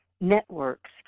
networks